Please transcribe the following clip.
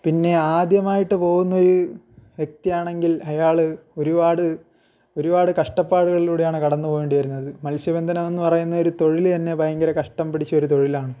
പിന്നെ ആദ്യമായിട്ട് പോകുന്നൊരു വ്യക്തിയാണെങ്കിൽ അയാൾ ഒരുപാട് ഒരുപാട് കഷ്ടപ്പാടുകളിലൂടെയാണ് കടന്നുപോകേണ്ടി വരുന്നത് മത്സ്യബന്ധനമെന്ന് പറയുന്ന ഒരു തൊഴിൽ തന്നെ ഭയങ്കര കഷ്ടം പിടിച്ചൊരു തൊഴിലാണ്